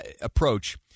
approach